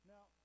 Now